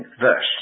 verse